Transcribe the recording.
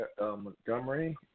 Montgomery